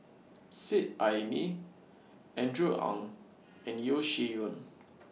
Seet Ai Mee Andrew Ang and Yeo Shih Yun